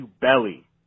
belly